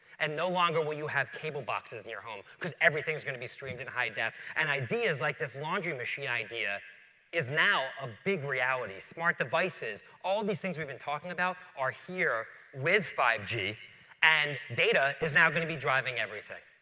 and no longer will you have cable boxes in your home because everything's gonna be streamed in hi-def and ideas like this laundry machine idea is now a big reality. smart devices, all these things that we've been talking about are here with five g and data is now going to be driving everything.